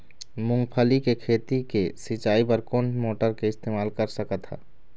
मूंगफली के खेती के सिचाई बर कोन मोटर के इस्तेमाल कर सकत ह?